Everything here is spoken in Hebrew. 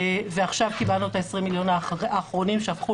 עכשיו קיבלנו את ה-20 מיליון האחרונים שהפכו